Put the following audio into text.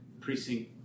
precinct